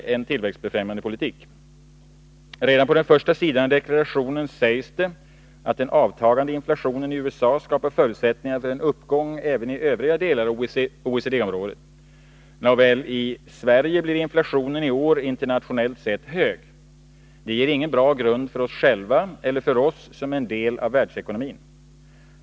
Det vore tillväxtbefrämjande politik. Redan på den första sidan i deklarationen sägs det att den avtagande inflationen i USA skapar förutsättningar för en uppgång även i övriga delar av OECD-området. Nåväl, i Sverige blir inflationen i år internationellt sett hög. Det ger ingen bra grund för oss själva eller för oss som en del av världsekonomin.